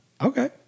Okay